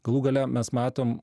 galų gale mes matom